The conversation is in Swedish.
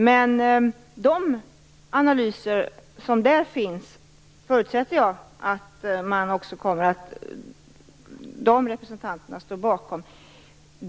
Jag förutsätter ändå att även de representanterna står bakom de analyser som finns i kommitténs betänkande.